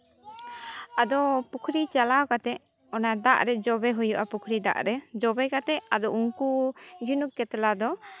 ᱟᱫᱚ ᱯᱩᱠᱷᱨᱤ ᱪᱟᱞᱟᱣ ᱠᱟᱛᱮᱜ ᱚᱱᱟ ᱫᱟᱜ ᱨᱮ ᱡᱚᱵᱮ ᱦᱩᱭᱩᱜᱼᱟ ᱯᱩᱠᱷᱨᱤ ᱫᱟᱜ ᱨᱮ ᱡᱚᱵᱮ ᱠᱟᱛᱮᱫ ᱟᱫᱚ ᱩᱱᱠᱩ ᱡᱷᱤᱱᱩᱠ ᱠᱟᱛᱞᱟ ᱫᱚ